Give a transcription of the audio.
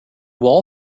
wall